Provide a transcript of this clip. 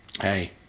hey